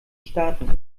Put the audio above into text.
staaten